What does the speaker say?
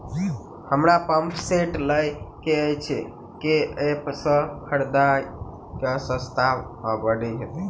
हमरा pump set लय केँ अछि केँ ऐप सँ खरिदियै की सस्ता आ बढ़िया हेतइ?